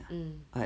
mm